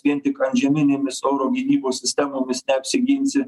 vien tik antžeminėmis oro gynybos sistemomis neapsiginsi